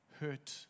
hurt